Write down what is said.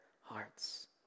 hearts